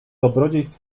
dobrodziejstw